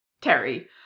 Terry